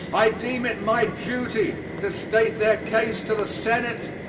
i deem it my duty to state their case to the senate,